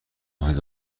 مفید